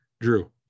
Drew